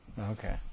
Okay